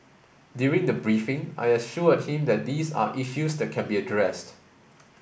during the briefing I assured him that these are issues that can be addressed